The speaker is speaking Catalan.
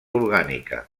orgànica